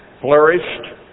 flourished